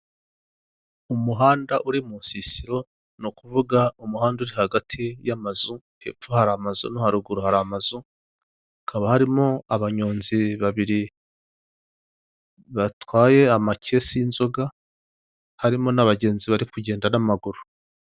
Umuhanda uri mu nsisisiro, ni ukuvuga umuhanda uri hagati y'amazu, hepfo hari amazu no haruguru hari amazu, hakaba harimo abanyonzi babiri batwaye amakesi y'inzoga, harimo n'abagenzi bari kugenda n'amaguru.